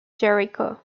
jericho